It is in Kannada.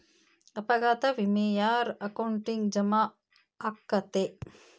ಅಪಘಾತ ವಿಮೆ ಯಾರ್ ಅಕೌಂಟಿಗ್ ಜಮಾ ಆಕ್ಕತೇ?